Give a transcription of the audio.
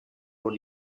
wore